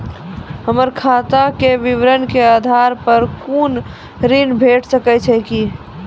हमर खाता के विवरण के आधार प कुनू ऋण भेट सकै छै की?